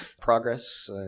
Progress